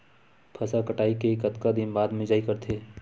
फसल कटाई के कतका दिन बाद मिजाई करथे?